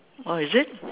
oh is it